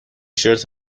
شرت